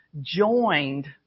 joined